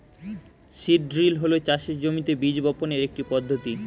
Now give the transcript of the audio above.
seed drill হল চাষের জমিতে বীজ বপনের একটি পদ্ধতি